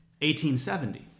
1870